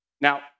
Now